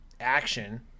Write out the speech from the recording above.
action